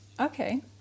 Okay